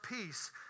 Peace